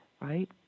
right